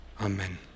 Amen